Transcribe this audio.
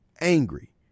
angry